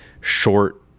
short